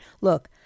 Look